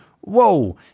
whoa